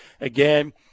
Again